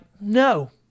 no